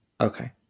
Okay